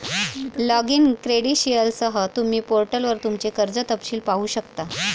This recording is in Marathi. लॉगिन क्रेडेंशियलसह, तुम्ही पोर्टलवर तुमचे कर्ज तपशील पाहू शकता